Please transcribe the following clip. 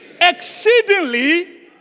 Exceedingly